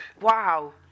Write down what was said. Wow